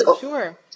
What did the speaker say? Sure